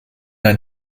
ein